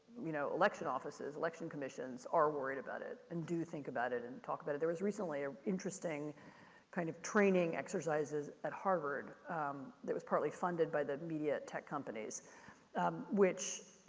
you know, election offices, election commissions, are worried about it and do think about it and talk about it. there was recently an ah interesting kind of training exercises at harvard that was partly funded by the media tech companies which,